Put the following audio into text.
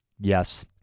Yes